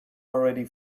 already